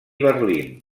berlín